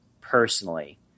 personally